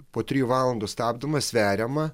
po trijų valandų stabdoma sveriama